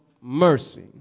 mercy